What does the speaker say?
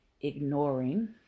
ignoring